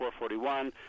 441